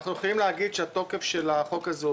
אנחנו יכולים להגיד שהתוקף של החוק הזה הוא